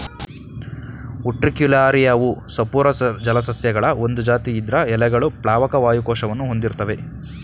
ಉಟ್ರಿಕ್ಯುಲಾರಿಯವು ಸಪೂರ ಜಲಸಸ್ಯಗಳ ಒಂದ್ ಜಾತಿ ಇದ್ರ ಎಲೆಗಳು ಪ್ಲಾವಕ ವಾಯು ಕೋಶವನ್ನು ಹೊಂದಿರ್ತ್ತವೆ